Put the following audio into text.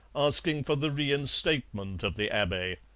asking for the reinstatement of the abbe.